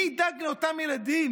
מי ידאג לאותם ילדים?